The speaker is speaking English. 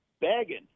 begging